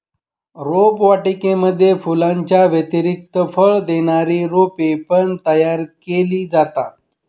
रोपवाटिकेमध्ये फुलांच्या व्यतिरिक्त फळ देणारी रोपे पण तयार केली जातात